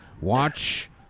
watch